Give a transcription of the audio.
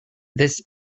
this